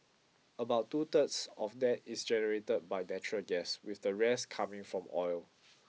about two thirds of that is generator by natural gas with the rest coming from oil